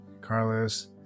Carlos